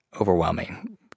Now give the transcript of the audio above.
overwhelming